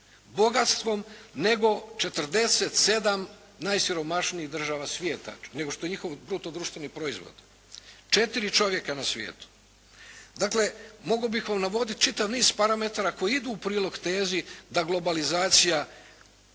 bogatstvom nego 47 najsiromašnijih država svijeta, nego što je njihov bruto društveni proizvod. 4 čovjeka na svijetu. Dakle, mogao bih vam navoditi čitav niz parametara koji idu u prilog tezi da globalizacija